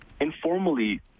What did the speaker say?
Informally